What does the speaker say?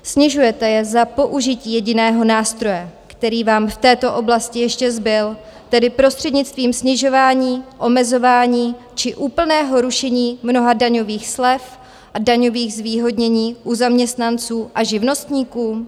Snižujete je za použití jediného nástroje, který vám v této oblasti ještě zbyl, tedy prostřednictvím snižování, omezování či úplného rušení mnoha daňových slev a daňových zvýhodnění u zaměstnanců a živnostníků?